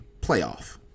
playoff